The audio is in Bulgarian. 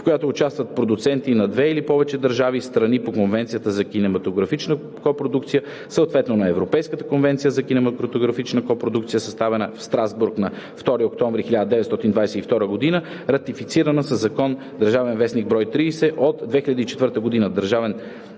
в която участват продуценти на две или повече държави – страни по Конвенцията за кинематографичната копродукция, съответно на Европейската конвенция за кинематографската копродукция, съставена в Страсбург на 2 октомври 1992 г. (ратифицирана със закон – ДВ, бр. 30 от 2004 г.) (ДВ, бр.